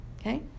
okay